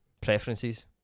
preferences